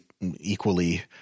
equally